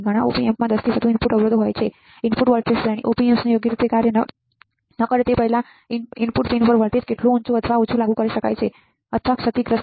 ઘણા ઓપ એમ્પ્સમાં 10 થી વધુ ઇનપુટ અવરોધો હોય છે ઇનપુટ વોલ્ટેજ શ્રેણી Op amps યોગ્ય રીતે કાર્ય ન કરે તે પહેલાં ઇનટ પિન પર વોલ્ટેજ કેટલું ઊંચું અથવા ઓછું લાગુ કરી શકાય છે અથવાક્ષતિગ્રસ્ત